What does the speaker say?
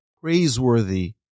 praiseworthy